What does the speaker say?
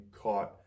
caught